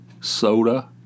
soda